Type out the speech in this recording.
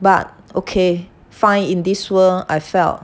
but okay fine in this world I felt